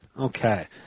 Okay